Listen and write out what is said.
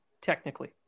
technically